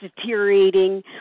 deteriorating